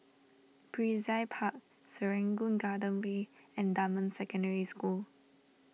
Brizay Park Serangoon Garden Way and Dunman Secondary School